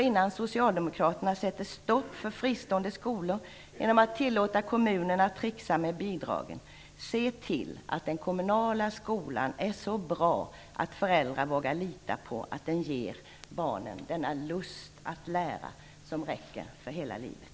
Innan ni socialdemokrater sätter stopp för fristående skolor genom att tillåta kommunerna att tricksa med bidragen - se till att den kommunala skolan är så bra att föräldrar vågar lita på att den ger barnen denna lust att lära, som räcker för hela livet.